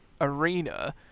arena